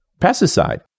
pesticide